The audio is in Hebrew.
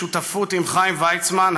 בשותפות עם חיים ויצמן,